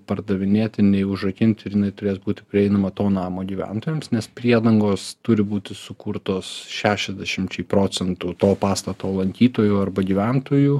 pardavinėti nei užrakinti ir jinai turės būti prieinama to namo gyventojams nes priedangos turi būti sukurtos šešiasdešimčiai procentų to pastato lankytojų arba gyventojų